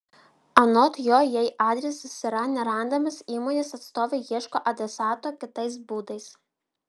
anot jo jei adresas yra nerandamas įmonės atstovai ieško adresato kitais būdais